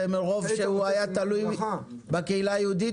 ומרוב שהוא היה תלוי בקהילה היהודית,